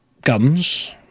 guns